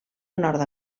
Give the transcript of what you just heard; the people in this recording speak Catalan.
nord